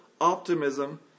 optimism